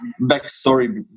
backstory